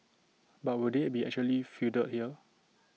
but will they be actually fielded here